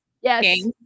yes